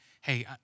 hey